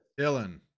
Dylan